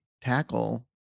tackle